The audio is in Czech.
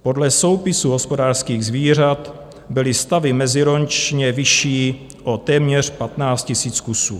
Podle soupisu hospodářských zvířat byly stavy meziročně vyšší o téměř 15 000 kusů.